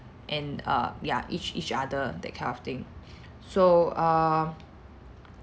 and uh ya each each other that kind of thing so err